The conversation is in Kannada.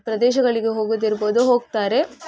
ಪ್ರದೇಶಗಳಿಗೆ ಹೋಗೋದಿರ್ಬೋದು ಹೋಗ್ತಾರೆ